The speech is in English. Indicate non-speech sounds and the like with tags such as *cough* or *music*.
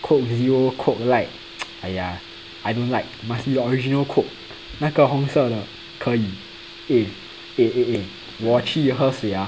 coke zero coke light *noise* !aiya! I don't like must be original coke 那个红色的可以 eh eh eh eh 我去喝水呀